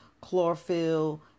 chlorophyll